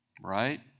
right